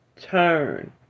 turn